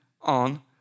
on